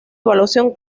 evaluación